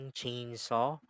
chainsaw